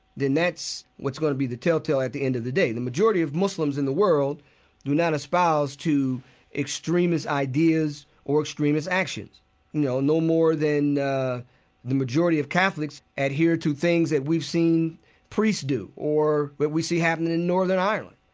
then that's what's going to be the telltale at the end of the day. the majority of muslims in the world do not espouse to extremist ideas or extremist actions, you know, no more than ah the majority of catholics adhere to things that we've seen priests do or that we see happening in northern ireland.